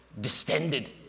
distended